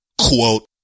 Quote